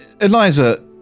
Eliza